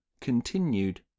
continued